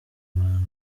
abana